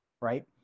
right